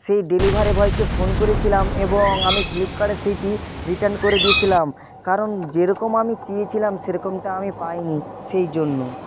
সেই ডেলিভারি বয়কে ফোন করেছিলাম এবং আমি ফ্লিপকার্টে সেইটি রিটার্ন করে দিয়েছিলাম কারণ যেরকম আমি চেয়েছিলাম সেরকমটা আমি পাইনি সেই জন্য